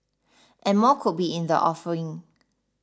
and more could be in the offing